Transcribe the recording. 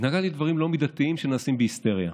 התנגדתי לדברים לא מידתיים שנעשים בהיסטריה.